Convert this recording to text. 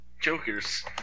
jokers